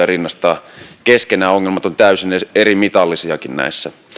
rinnastaa keskenään ongelmat ovat täysin erimitallisiakin näissä